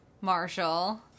Marshall